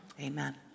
amen